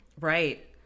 Right